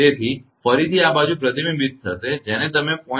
તેથી ફરીથી આ બાજુ પ્રતિબિંબિત થશે જેને તમે 0